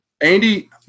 Andy